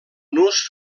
nus